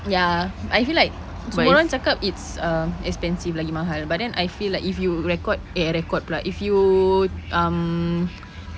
ya I feel like semua orang cakap it's um expensive lagi mahal but then I feel like if you record eh uh record pula if you um